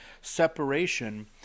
separation